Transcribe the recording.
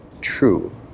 true